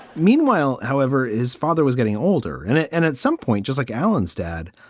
meanwhile, however, is father was getting older. and it and at some point, just like alan's dad,